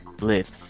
live